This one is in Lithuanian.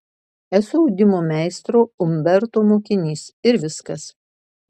esu audimo meistro umberto mokinys ir viskas